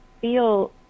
feel